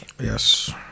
Yes